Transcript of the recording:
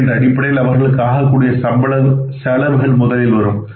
என்கின்ற அடிப்படையில் அவர்களுக்கு ஆகக்கூடிய சம்பள செலவுகள் முதலில் வரும்